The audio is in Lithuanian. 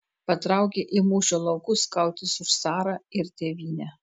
patraukė į mūšio laukus kautis už carą ir tėvynę